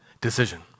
decision